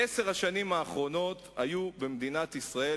בעשר השנים האחרונות היו במדינת ישראל